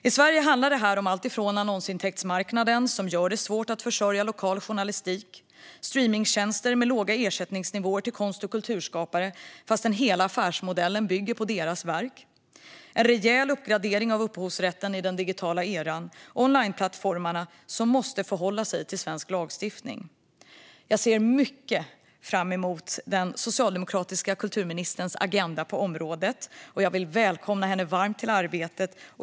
I Sverige handlar det här bland annat om annonsintäktsmarknaden, som gör det svårt att försörja lokal journalistik, streamingtjänster som har låga ersättningsnivåer till konst och kulturskapare, fastän hela affärsmodellen bygger på deras verk, en rejäl uppgradering av upphovsrätten i den digitala eran och onlineplattformar som måste förhålla sig till svensk lagstiftning. Jag ser mycket fram emot den socialdemokratiska kulturministerns agenda på området, och jag vill välkomna henne varmt till arbetet.